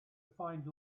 find